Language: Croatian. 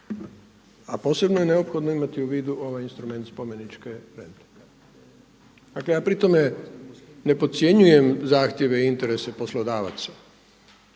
A posebno je neophodno imati u vidu ovaj instrument spomeničke rente. Dakle ja pri tome ne podcjenjujem zahtjeve i interese poslodavaca